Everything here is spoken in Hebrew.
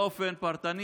באופן פרטני.